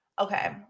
Okay